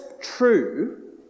true